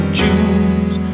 choose